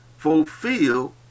fulfill